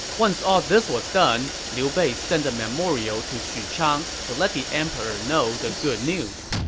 once ah this was done, liu bei sent a memorial to xuchang to let the emperor know the good news.